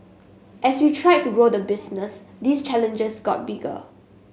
as we tried to grow the business these challenges got bigger